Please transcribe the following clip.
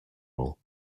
all